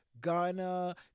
Ghana